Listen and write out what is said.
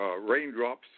raindrops